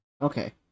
Okay